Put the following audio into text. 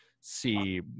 see